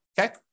Okay